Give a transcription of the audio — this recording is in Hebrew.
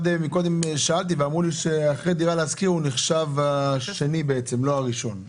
קודם שאלתי ואמרו לי שאחרי דירה להשכיר הוא נחשב השני ולא הראשון.